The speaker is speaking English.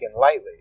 lightly